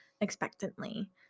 expectantly